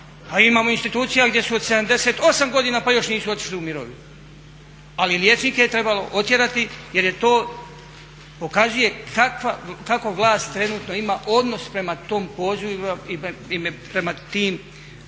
imamo institucija gdje su od 78 godina pa još nisu otišli u mirovinu, ali liječnike je trebalo otjerati jer to pokazuje kako vlast trenutno ima odnos prema tom pozivu i prema tim dijelom